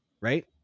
right